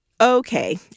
Okay